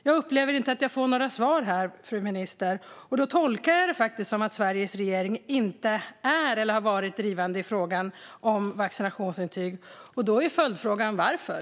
Jag upplever inte att jag har fått något svar, fru minister, och då tolkar jag det som att Sveriges regering inte är eller har varit drivande i frågan om vaccinationsintyg. Då blir följdfrågan: Varför?